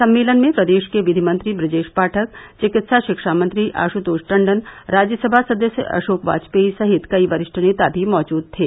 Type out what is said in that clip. सम्मेलन में प्रदेश के विधि मंत्री बूजेश पाठक चिकित्सा शिक्षा मंत्री आशुतोष टण्डन राज्यसभा सदस्य अशोक बाजपेई सहित कई वरिष्ठ नेता भी मौजूद थे